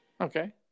Okay